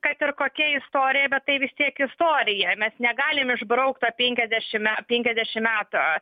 kad ir kokia istorija bet tai vis tiek istorija mes negalim išbraukt penkiasdešim metų penkiasdešim metų